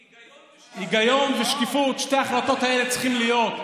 היגיון ושקיפות, שתי אלה צריכות להיות.